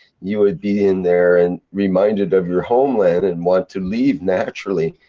you would be in there and reminded of your homeland and want to leave naturally.